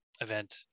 event